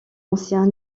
anciens